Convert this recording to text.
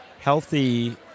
healthy